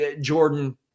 Jordan